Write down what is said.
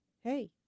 hey